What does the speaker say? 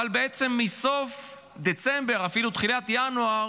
אבל בעצם מסוף דצמבר, אפילו תחילת ינואר,